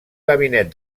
gabinet